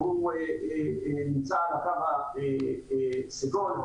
שנמצא על הקו הסגול.